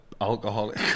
Alcoholic